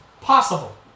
possible